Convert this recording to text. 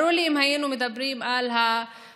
ברור לי שאם היינו מדברים על המעמד